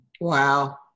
Wow